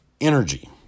energy